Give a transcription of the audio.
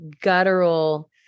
guttural